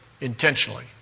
intentionally